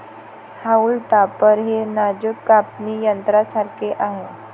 haulm topper हे नाजूक कापणी यंत्रासारखे आहे